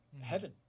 heaven